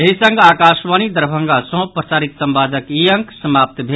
एहि संग आकाशवाणी दरभंगा सँ प्रसारित संवादक ई अंक समाप्त भेल